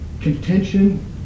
contention